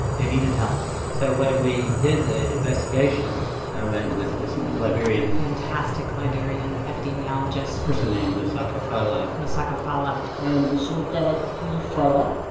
they needed help so when we did the investigation, i went with this liberian. fantastic liberian epidemiologist. a person named mosoka fallah. mosoka fallah i am mosoka p. fallah